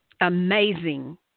amazing